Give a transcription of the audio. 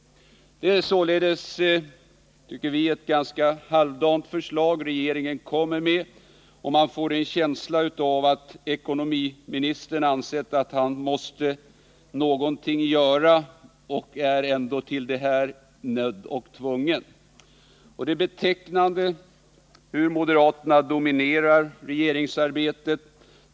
Det är således, tycker vi, ett ganska halvdant förslag regeringen kommer med, och man får en känsla av att ekonomiministern ansett att han måste göra någonting men mest därför att han känt sig därtill nödd och tvungen. Och det är betecknande hur moderaterna dominerar regeringsarbetet.